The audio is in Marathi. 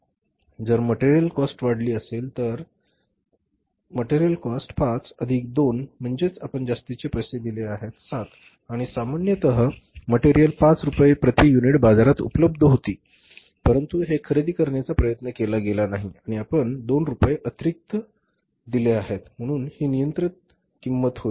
उदाहरणार्थ जर मटेरियल कॉस्ट वाढली असेल तर मटेरियल कॉस्ट असेल ५ अधिक २ म्हणजे आपण जास्तीचे पैसे दिले आहेत 7 आणि सामान्यत मटेरियल 5 रूपये प्रति युनिट बाजारात उपलब्ध होती परंतु हे खरेदी करण्याचा प्रयत्न केला गेला नाही आणि आपण दोन रुपये अतिरिक्त दिले आहेत म्हणून ही नियंत्रित किंमत होईल